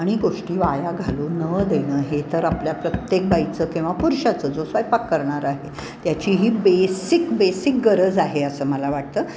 आणि गोष्टी वाया घालू न देणं हे तर आपल्या प्रत्येक बाईचं किंवा पुरुषाचं जो स्वयपाक करणार आहे त्याची ही बेसिक बेसिक गरज आहे असं मला वाटतं